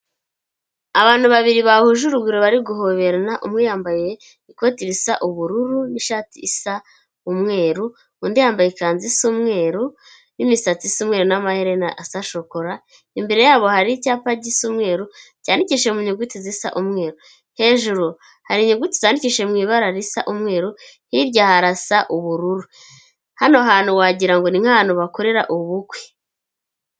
Abantu babiri bahuje urugwiro bari guhoberana ,umwe yambaye ikoti risa ubururu ,n'ishati isa umweru ,undi yambaye ikanzu isa umweru n'imisatsi isa umweru n'amaherena asa shokora, imbere yabo hari icyapa gisi umweru cyandikisha mu nyuguti zisa umweru ,hejuru hari inyuguti zadikishije mw' ibara risa umweru hirya harasa ubururu ,hano hantu wagirango ninkahabantu bakorera ubukwe.